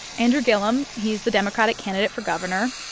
andrew gillum, he's the democratic candidate for governor.